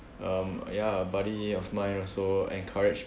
um ya a buddy of mine also encouraged